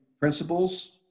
principles